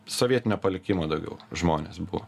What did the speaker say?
sovietinio palikimo daugiau žmonės buvo